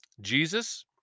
Jesus